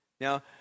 Now